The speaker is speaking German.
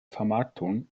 vermarktung